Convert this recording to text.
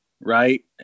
right